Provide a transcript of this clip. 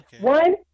One